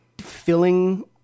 filling